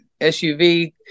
suv